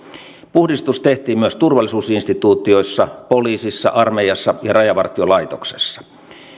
puhdistus tehtiin myös turvallisuus instituutioissa poliisissa armeijassa ja rajavartiolaitoksessa